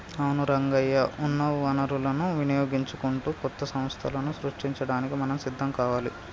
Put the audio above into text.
అవును రంగయ్య ఉన్న వనరులను వినియోగించుకుంటూ కొత్త సంస్థలను సృష్టించడానికి మనం సిద్ధం కావాలి